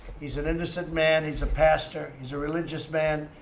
he's an innocent man. he's a pastor. he's a religious man.